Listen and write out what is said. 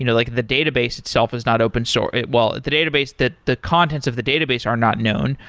you know like the database itself is not open source well, the database, the the contents of the database are not known,